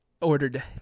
ordered